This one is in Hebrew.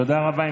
תודה רבה.